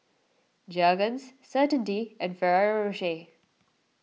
Jergens Certainty and Ferrero Rocher